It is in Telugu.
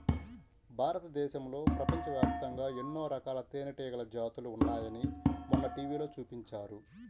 భారతదేశంలో, ప్రపంచవ్యాప్తంగా ఎన్నో రకాల తేనెటీగల జాతులు ఉన్నాయని మొన్న టీవీలో చూపించారు